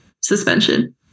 suspension